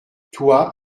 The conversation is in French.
toi